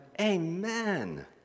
Amen